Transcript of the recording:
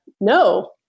No